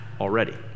already